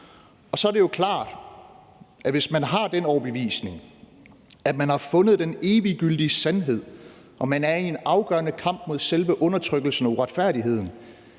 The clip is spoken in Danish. og så er det jo klart, at hvis man har den overbevisning, at man har fundet den eviggyldige sandhed, og at man er i en afgørende kamp mod selve undertrykkelsen og uretfærdigheden,